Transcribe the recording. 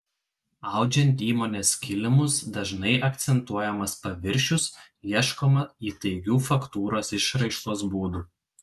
audžiant įmonės kilimus dažnai akcentuojamas paviršius ieškoma įtaigių faktūros išraiškos būdų